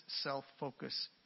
self-focus